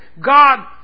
God